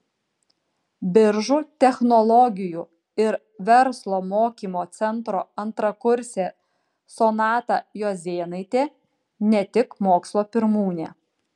biržų technologijų ir verslo mokymo centro antrakursė sonata juozėnaitė ne tik mokslo pirmūnė